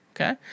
okay